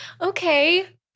okay